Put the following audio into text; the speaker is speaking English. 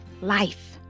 life